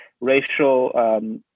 racial